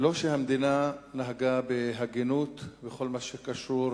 לא שהמדינה נהגה בהגינות בכל מה שקשור